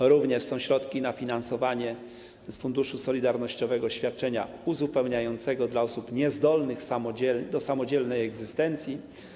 Są również środki na finansowanie z Funduszu Solidarnościowego świadczenia uzupełniającego dla osób niezdolnych do samodzielnej egzystencji.